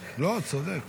לא, הוא צודק.